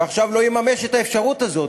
ועכשיו לא יממש את האפשרות הזאת?